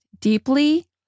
deeply